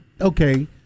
okay